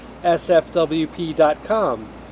sfwp.com